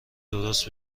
درست